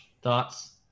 thoughts